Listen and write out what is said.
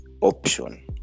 option